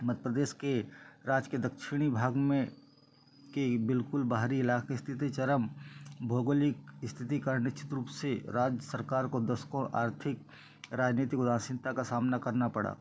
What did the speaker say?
मध्यप्रदेश के राज्य के दक्षिणी भाग में के बिलकुल बाहरी इलाके स्थिति चरम भौगोलिक स्थिति का निश्चित रूप से राज्य सरकार को दशकों आर्थिक राजनीतिक उदासीनता का सामना करना पड़ा